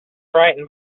frightened